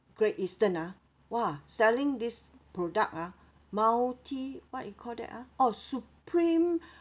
Great Eastern ah !wah! selling this product ah multi what you call that ah oh supreme